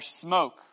smoke